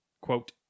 quote